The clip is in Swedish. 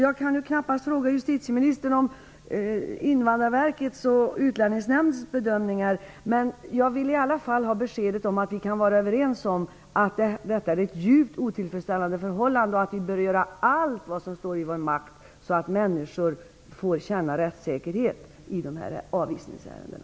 Jag kan knappast fråga justitieministern om Invandrarverkets och Utlänningsnämndens bedömningar. Men jag vill i alla fall ha besked om huruvida vi kan vara överens om att detta är ett djupt otillfredsställande förhållande och om att vi bör göra allt som står i vår makt för att människor skall kunna känna rättssäkerhet i avvisningsärenden.